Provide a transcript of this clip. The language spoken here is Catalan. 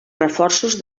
reforços